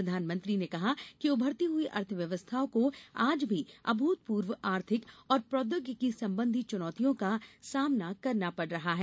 प्रधानमंत्री ने कहा कि उभरती हुई अर्थव्यवस्थाओं को आज भी अभूतपूर्व आर्थिक और प्रौद्योगिकी संबंधी चुनौतियों का सामना करना पड़ रहा है